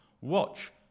watch